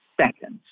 seconds